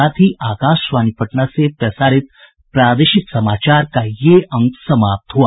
इसके साथ ही आकाशवाणी पटना से प्रसारित प्रादेशिक समाचार का ये अंक समाप्त हुआ